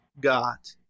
got